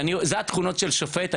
זה התכונות של שופט,